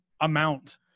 amount